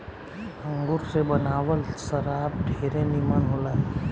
अंगूर से बनावल शराब ढेरे निमन होला